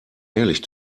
ehrlich